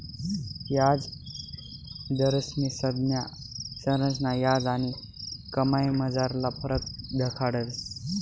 याजदरस्नी संज्ञा संरचना याज आणि कमाईमझारला फरक दखाडस